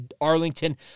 Arlington